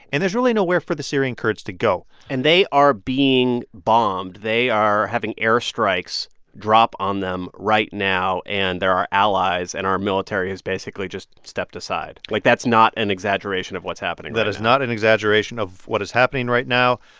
and there's really nowhere for the syrian kurds to go and they are being bombed. they are having airstrikes drop on them right now. and they're our allies. and our military has basically just stepped aside. like, that's not an exaggeration of what's happening right now that is not an exaggeration of what is happening right now.